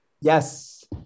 Yes